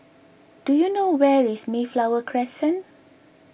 do you know where is Mayflower Crescent